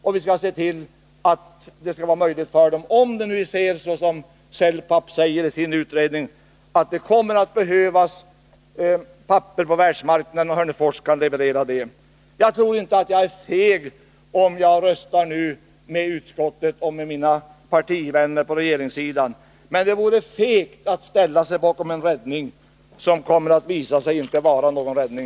Och vi skall se till att det finns möjligheter för dem, om vi ser, som Celpap säger i sin utredning, att det kommer att behövas papper på världsmarknaden och Hörnefors kan leverera det. Jag tror inte att jag är feg om jag nu röstar med utskottet och med mina partivänner på regeringssidan. Men det vore fegt, herr talman, att ställa sig bakom en räddning som kommer att visa sig inte vara någon räddning.